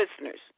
listeners